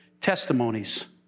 testimonies